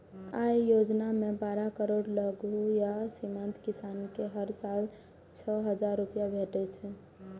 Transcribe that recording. अय योजना मे बारह करोड़ लघु आ सीमांत किसान कें हर साल छह हजार रुपैया भेटै छै